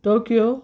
Tokyo